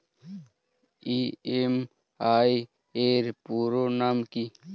EMI এর পুরোনাম কী?